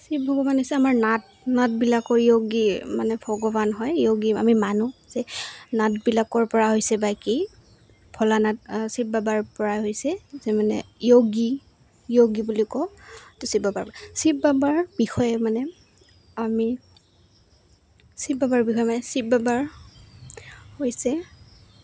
শিৱ ভগৱান হৈছে আমাৰ নাট নাটবিলাকৰ য়োগী মানে ভগৱান হয় য়োগী আমি মানুহ যে নাটবিলাকৰপৰা হৈছে বাকী ভোলানাথ শিৱ বাবাৰপৰা হৈছে যে মানে য়োগী য়োগী বুলি কওঁ তো শিৱ বাবাৰ শিৱ বাবাৰ বিষয়ে মানে আমি শিৱ বাবাৰ বিষয়ে মানে শিৱ বাবাৰ হৈছে